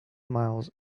miles